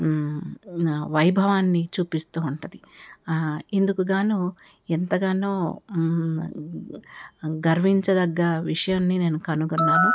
వైభవాన్ని చూపిస్తూ ఉంటది ఇందుకుగాను ఎంతగానో గర్వించదగ్గ విషయాన్ని నేను కనుగొన్నాను